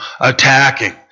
attacking